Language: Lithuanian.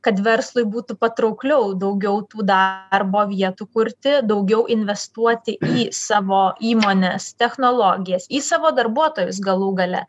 kad verslui būtų patraukliau daugiau tų darbo vietų kurti daugiau investuoti į savo įmones technologijas į savo darbuotojus galų gale